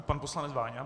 Pan poslanec Váňa.